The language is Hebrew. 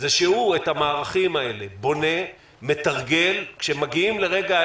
מישהו שקצת יהיה שם פנימה, כדי לעזור לאותן